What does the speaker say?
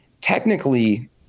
technically